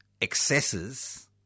excesses